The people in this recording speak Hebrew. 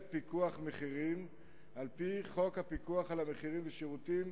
פיקוח מחירים על-פי חוק פיקוח על מחירים ושירותים,